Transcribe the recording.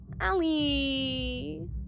Allie